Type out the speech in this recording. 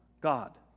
god